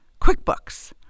QuickBooks